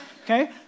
Okay